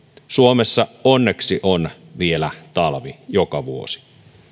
suomessa onneksi on vielä talvi joka vuosi